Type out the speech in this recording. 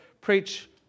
preach